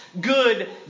good